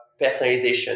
personalization